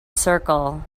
circle